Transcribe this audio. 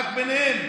רק ביניהם,